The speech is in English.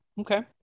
Okay